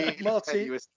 Martin